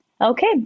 Okay